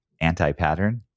anti-pattern